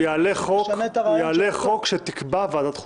הוא יעלה חוק שתקבע ועדת החוקה.